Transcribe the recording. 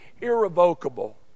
irrevocable